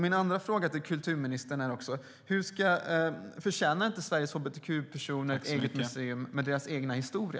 Min andra fråga är: Förtjänar inte Sveriges hbtq-personer ett eget museum med deras egen historia?